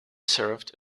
served